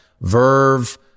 Verve